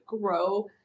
grow